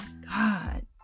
God